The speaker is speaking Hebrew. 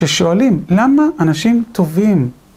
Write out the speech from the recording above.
ושואלים, למה אנשים טובים?